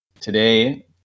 Today